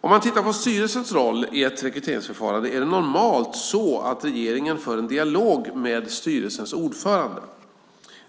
Om man tittar på styrelsens roll i ett rekryteringsförfarande är det normalt så att regeringen för en dialog med styrelsens ordförande.